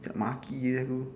macam nak maki jer aku